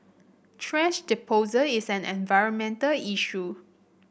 thrash disposal is an environmental issue